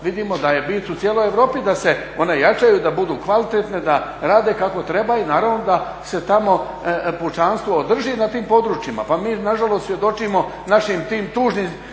vidimo da je bit u cijeloj Europi da se one jačaju, da budu kvalitetne, da rade kako treba i naravno da se tamo pučanstvo drži na tim područjima. Pa mi nažalost svjedočimo našim tim tužnim